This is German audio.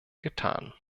getan